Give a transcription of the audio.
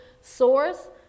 source